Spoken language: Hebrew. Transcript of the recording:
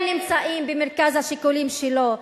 הם נמצאים במרכז השיקולים שלו.